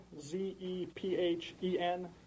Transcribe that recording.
Z-E-P-H-E-N